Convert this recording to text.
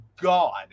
god